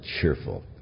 cheerful